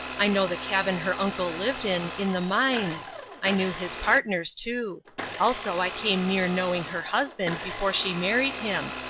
i know the cabin her uncle lived in, in the mines i knew his partners, too also i came near knowing her husband before she married him,